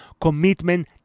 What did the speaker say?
Commitment